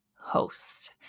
host